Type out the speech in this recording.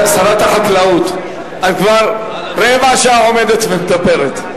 שרת החקלאות, את כבר רבע שעה עומדת ומדברת.